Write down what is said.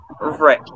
right